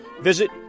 Visit